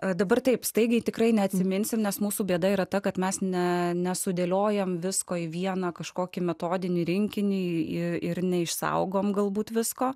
o dabar taip staigiai tikrai neatsimins ir nes mūsų bėda yra ta kad mes ne nesudėliojome visko į vieną kažkokį metodinį rinkinį ir neišsaugom galbūt visko